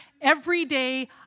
everyday